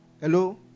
Hello